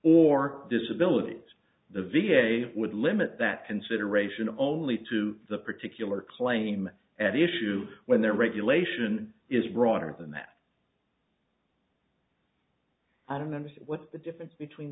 or disability the v a would limit that consideration only to the particular claim at issue when their regulation is broader than that i don't understand what the difference between